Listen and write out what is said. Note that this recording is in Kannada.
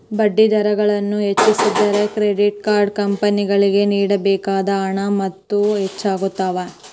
ಬಡ್ಡಿದರಗಳನ್ನು ಹೆಚ್ಚಿಸಿದರೆ, ಕ್ರೆಡಿಟ್ ಕಾರ್ಡ್ ಕಂಪನಿಗಳಿಗೆ ನೇಡಬೇಕಾದ ಹಣದ ಮೊತ್ತವು ಹೆಚ್ಚಾಗುತ್ತದೆ